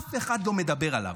אף אחד לא מדבר עליו.